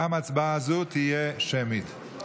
גם הצבעה זו תהיה שמית.